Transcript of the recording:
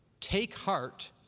take heart,